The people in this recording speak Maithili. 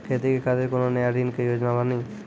खेती के खातिर कोनो नया ऋण के योजना बानी?